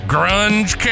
Grunge